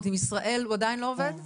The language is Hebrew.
עם ישראל הוא עדיין לא עובד?